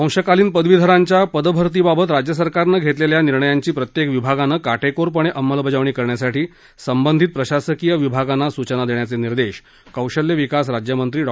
अंशकालीन पदवीधरांच्या पदभरतीबाबत राज्यसरकारनं घेतलेल्या निर्णयांची प्रत्येक विभागानं काटेकोरपणे अंमलबजावणी करण्यासाठी संबंधित प्रशासकीय विभागांना सुचना देण्याचे निर्देश कौशल्य विकास राज्यमंत्री डॉ